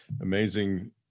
amazing